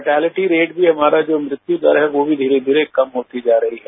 fatality rate भी हमारा जो मृत्यू दर है वो भी धीरे धीरे कम होती जा रही है